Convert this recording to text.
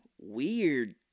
weird